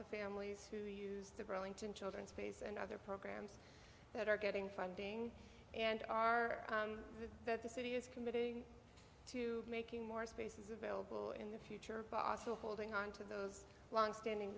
the families who use the burlington children's space and other programs that are getting funding and are that the city is committed to making more spaces available in the future but also holding on to those longstanding